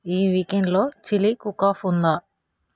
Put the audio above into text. ఈ వీకెండ్లో chilli cook off ఉందా